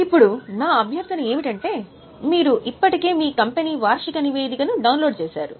ఇప్పుడు నా అభ్యర్థన ఏమిటంటే మీరు ఇప్పటికే మీ కంపెనీ వార్షిక నివేదికను డౌన్లోడ్ చేసారు